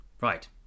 Right